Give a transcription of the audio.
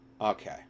okay